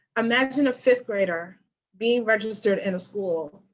imagine a fifth grader being registered in school,